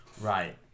Right